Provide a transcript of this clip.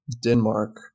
Denmark